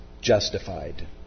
justified